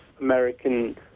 American